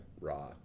Raw